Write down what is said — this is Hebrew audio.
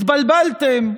התבלבלתם.